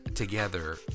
together